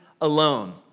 alone